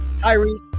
Tyree